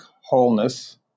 wholeness